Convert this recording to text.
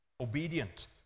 obedient